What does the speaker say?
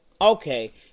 Okay